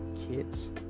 kids